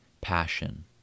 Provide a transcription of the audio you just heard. passion